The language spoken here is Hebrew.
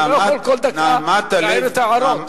הוא לא יכול כל דקה להעיר את ההערות.